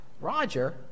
Roger